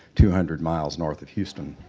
two hundred miles north of houston.